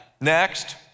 Next